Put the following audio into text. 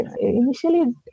initially